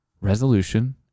resolution